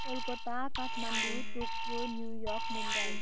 Kolkata Kathmandu Tokyo New York Mumbai